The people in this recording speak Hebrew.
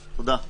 תודה.